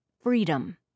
freedom